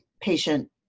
patient